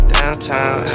Downtown